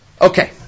Okay